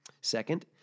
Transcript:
Second